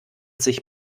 sich